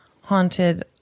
haunted